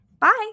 Bye